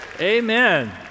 Amen